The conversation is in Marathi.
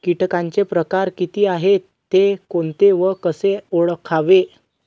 किटकांचे प्रकार किती आहेत, ते कोणते व कसे ओळखावे?